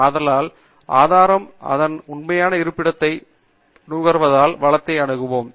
ஆதலால் ஆதாரம் அதன் உண்மையான இருப்பிடத்தை நகர்த்துவதால் வளத்தை அணுகுவோம்